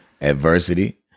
adversity